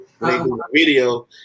Video